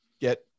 get